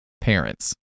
parents